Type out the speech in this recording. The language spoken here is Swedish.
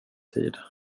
tid